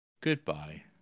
Goodbye